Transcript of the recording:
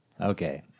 Okay